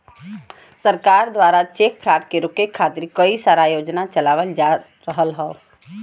सरकार दवारा check fraud के रोके खातिर कई सारा योजना चलावल जा रहल हौ